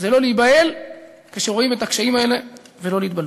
לא להיבהל כשרואים את הקשיים האלה ולא להתבלבל.